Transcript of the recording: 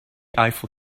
eiffel